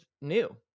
new